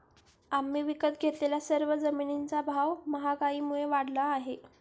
आम्ही विकत घेतलेल्या सर्व जमिनींचा भाव महागाईमुळे वाढला आहे